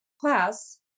class